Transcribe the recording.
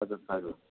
আচ্ছা থাকবে